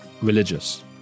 religious